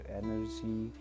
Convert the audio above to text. energy